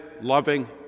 loving